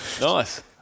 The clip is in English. Nice